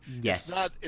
Yes